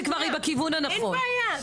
אין בעיה.